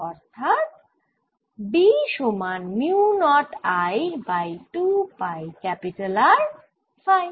অর্থাৎ B সমান mu not I by 2 pi R phi